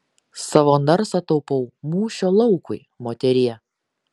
savo narsą taupau mūšio laukui moterie